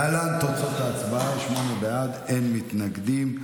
להלן תוצאות ההצבעה: שמונה בעד, אין מתנגדים.